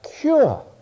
cure